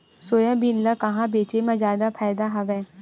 Soybean ल कहां बेचे म जादा फ़ायदा हवय?